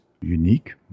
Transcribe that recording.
unique